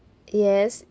yes